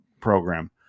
program